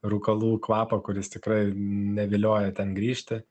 rūkalų kvapą kuris tikrai nevilioja ten grįžti